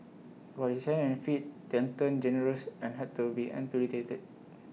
but his hands and feet then turned gangrenous and had to be amputated